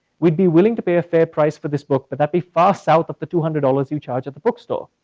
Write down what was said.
we'd be willing to pay a fair price for this book but that be far south the two hundred dollars you charge at the bookstore.